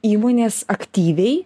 įmonės aktyviai